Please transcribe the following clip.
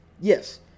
yes